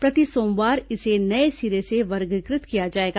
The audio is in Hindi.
प्रति सोमवार इसे नये सिरे से वर्गीकृत किया जाएगा